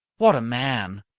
what a man!